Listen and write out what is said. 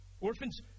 Orphans